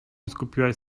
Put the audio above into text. skupiłaś